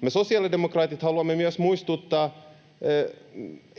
Me sosiaalidemokraatit haluamme myös muistuttaa